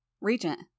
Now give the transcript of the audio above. Regent